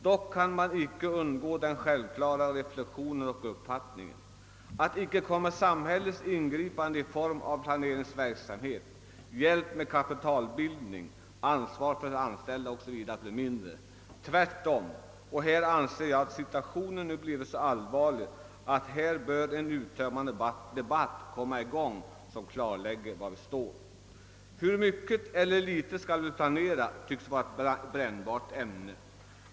Man kan dock icke undgå den självklara reflexionen att samhällets ingripanden i form av planeringsverksamhet, hjälp med kapitalbildning, ansvar för anställda o.s.v. inte kommer att bli mindre — tvärtom. Härvidlag anser jag att situationen nu blivit så allvarlig, att en uttömmande debatt, som klarlägger var vi för närvarande står, bör komma i gång. Frågan om hur mycket eller hur litet vi skall planera tycks vara ett brännbart ämne.